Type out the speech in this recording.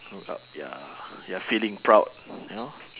look up ya ya feeling proud you know